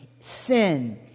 sin